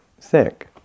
thick